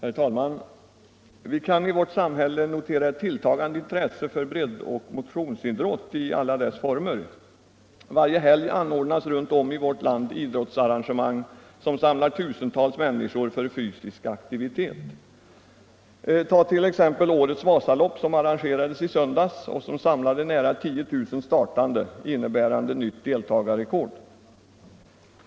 Herr talman! Vi kan i vårt samhälle notera ett tilltagande intresse för breddoch motionsidrott i alla deras former. Varje helg anordnas runt om i vårt land idrottsarrangemang som samlar tusentals människor för fysisk aktivitet. Ta t.ex. årets Vasalopp, som arrangerades i söndags och som samlade nära 10 000 startande, innebärande nytt deltagarrekord.